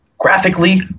Graphically